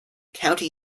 county